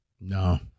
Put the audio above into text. No